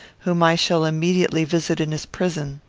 whom i shall immediately visit in his prison.